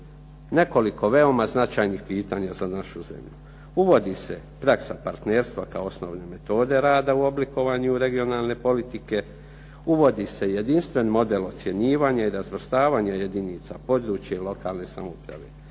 nekoliko veoma značajnih pitanja za našu zemlju. Uvodi se praksa partnerstva kao osnovne metode rada u oblikovanju regionalne politike, uvodi se jedinstven model ocjenjivanja i razvrstavanja jedinica područje lokalne samouprave.